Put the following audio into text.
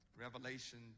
Revelation